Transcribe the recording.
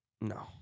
No